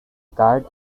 guard